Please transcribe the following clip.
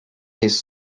his